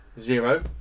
zero